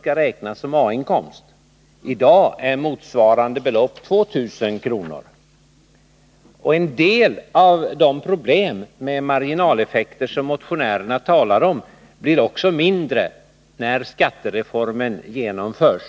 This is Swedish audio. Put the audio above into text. skall räknas som A-inkomst. I dag är motsvarande belopp 2 000 kr. ig En del av de problem med marginaleffekter som motionärerna talar om blir också mindre när skattereformen genomförs.